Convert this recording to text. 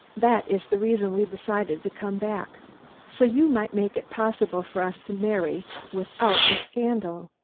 that is the reason we decided to come back so you might make it possible for us to marry without a scandal.